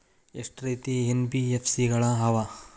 ಎಷ್ಟ ರೇತಿ ಎನ್.ಬಿ.ಎಫ್.ಸಿ ಗಳ ಅವ?